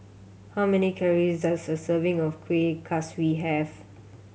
how many calories does a serving of Kueh Kaswi have